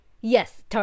Yes